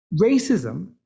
racism